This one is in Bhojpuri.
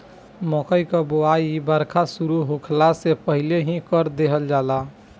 मकई कअ बोआई बरखा शुरू होखला से पहिले ही कर देहल जाला